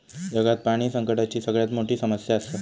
जगात पाणी संकटाची सगळ्यात मोठी समस्या आसा